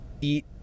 eat